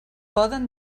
poden